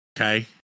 okay